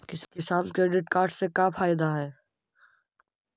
किसान credit card से का फायदा है?